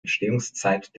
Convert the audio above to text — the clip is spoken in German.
entstehungszeit